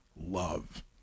love